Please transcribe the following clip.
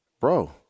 bro